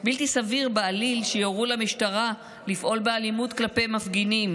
בלתי סביר בעליל שיורו למשטרה לפעול באלימות כלפי מפגינים,